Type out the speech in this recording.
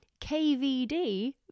KVD